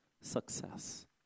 success